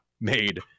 made